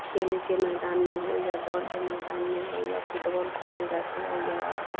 खेल के मैदान में हो या दौड़ के मैदान में हो या फुटबॉल खेलने जाते हो या